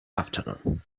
afternoon